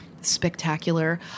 spectacular